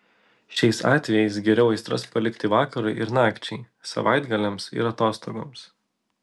šiais atvejais geriau aistras palikti vakarui ir nakčiai savaitgaliams ir atostogoms